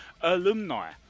alumni